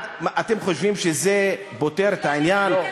אתם חושבים שזה פותר את העניין?